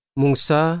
mungsa